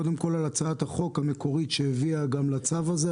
קודם כול על הצעת החוק המקורית שהביאה גם לצו הזה,